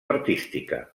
artística